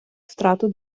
втрату